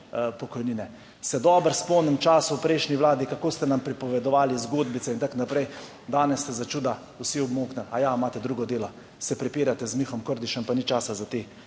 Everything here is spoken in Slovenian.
pokojnine? Se dobro spomnim časov v prejšnji vladi, kako ste nam pripovedovali zgodbice in tako naprej, danes ste za čuda vsi obmolknili. A ja, imate drugo delo, se prepirate z Mihom Kordišem, pa ni časa za te